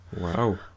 Wow